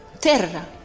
terra